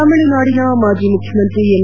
ತಮಿಳುನಾಡಿನ ಮಾಜಿ ಮುಖ್ಯಮಂತ್ರಿ ಎಂ